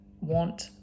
want